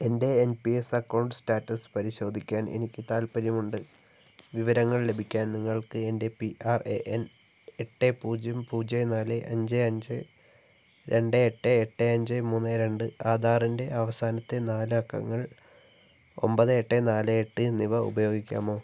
എൻ്റെ N P S account status പരിശോധിക്കാൻ എനിക്ക് താൽപ്പര്യമുണ്ട് വിവരങ്ങൾ ലഭിക്കാൻ നിങ്ങൾക്ക് എൻ്റെ പി ആർ എ എൻ എട്ട് പൂജ്യം പൂജ്യം നാല് അഞ്ച് അഞ്ച് രണ്ട് എട്ട് എട്ട് അഞ്ച് മൂന്ന് രണ്ട് ആധാറിൻ്റെ അവസാനത്തെ നാല് അക്കങ്ങൾ ഒൻപത് എട്ട് നാല് എട്ട് എന്നിവ ഉപയോഗിക്കാമോ